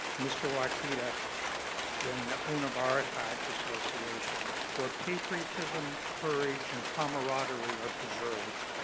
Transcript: mr. hua kita in hoonah boracay association or patriotism courage and camaraderie are preserved